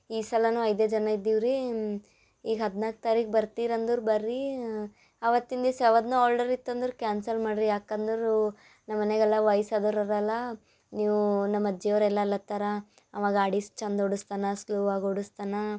ಈ ಸಲವೂ ಐದೇ ಜನ ಇದ್ದೀವಿ ರೀ ಈಗ ಹದಿನಾಲ್ಕು ತಾರೀಖು ಬರ್ತೀರಾ ಅಂದರೆ ಬನ್ರಿ ಆವತ್ತಿನ ದಿವ್ಸ ಯಾವುದ್ನೂ ಆರ್ಡ್ರ್ ಇತ್ತು ಅಂದ್ರೆ ಕ್ಯಾನ್ಸಲ್ ಮಾಡಿರಿ ಯಾಕಂದರೆ ನಮ್ಮ ಮನ್ಯಾಗೆ ಎಲ್ಲ ವಯ್ಸು ಆದೋರರಲ್ಲ ನೀವು ನಮ್ಮ ಅಜ್ಜಿಯೋರು ಎಲ್ಲ ಅಲ್ಲತ್ತಾರೆ ಅವ ಗಾಡಿ ಸ್ ಚಂದ ಓಡಿಸ್ತಾನೆ ಸ್ಲೋ ಆಗಿ ಓಡಿಸ್ತಾನೆ